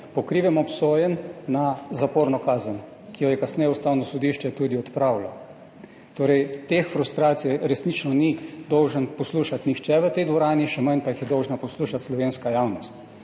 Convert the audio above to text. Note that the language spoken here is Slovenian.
po krivem obsojen na zaporno kazen, ki jo je kasneje Ustavno sodišče tudi odpravilo. Torej, teh frustracij resnično ni dolžan poslušati nihče v tej dvorani, še manj pa jih je dolžna poslušati slovenska javnost.